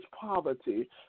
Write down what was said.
poverty